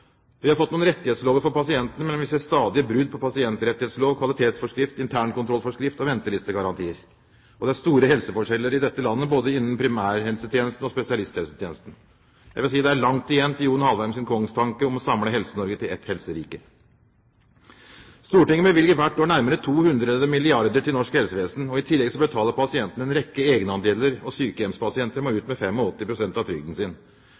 Vi har fått noen rettighetslover for pasientene, men vi ser stadige brudd på både pasientrettighetslov, kvalitetsforskrift, internkontrollforskrift og ventelistegarantier. Det er store helseforskjeller i dette landet, både innen primærhelsetjenesten og spesialisthelsetjenesten. Jeg vil si det er langt igjen til John Alvheims kongstanke om å samle Helse-Norge til ett helserike. Stortinget bevilger hvert år nærmere 200 milliarder kr til norsk helsevesen. I tillegg betaler pasientene en rekke egenandeler, og sykehjemspasienter må ut med 85 pst. av trygden sin.